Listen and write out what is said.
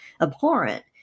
abhorrent